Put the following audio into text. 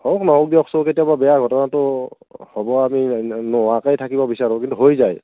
হওক নহওক দিয়কচোন কেতিয়াবা বেয়া ঘটনাতো হ'ব আৰু নোহোৱাকেই থাকিব বিচাৰোঁ কিন্তু হৈ যায়